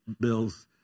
Bill's